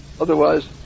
otherwise